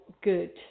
good